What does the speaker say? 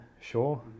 sure